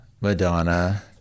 madonna